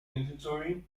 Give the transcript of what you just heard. inventory